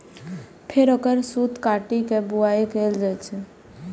फेर ओकर सूत काटि के बुनाइ कैल जाइ छै